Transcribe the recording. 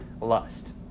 lust